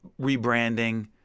rebranding